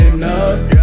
Enough